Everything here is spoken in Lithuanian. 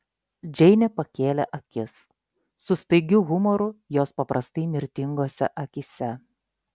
džeinė pakėlė akis su staigiu humoru jos paprastai mirtingose akyse